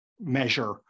measure